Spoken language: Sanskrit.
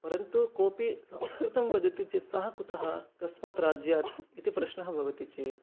परन्तु कोपि संस्कृतं वदति चेत् सः कुतः कस्मात् राज्यात् इति प्रश्नः भवति चेत्